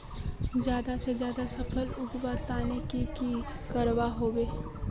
ज्यादा से ज्यादा फसल उगवार तने की की करबय होबे?